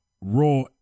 Raw